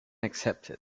accepted